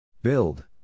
Build